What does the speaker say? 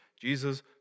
Jesus